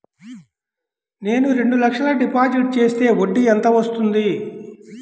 నేను రెండు లక్షల డిపాజిట్ చేస్తే వడ్డీ ఎంత వస్తుంది?